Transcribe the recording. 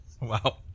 Wow